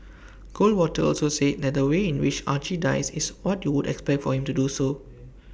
goldwater also said that the way in which Archie dies is what you would expect of him to do so